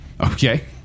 Okay